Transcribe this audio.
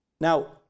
Now